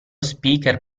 speaker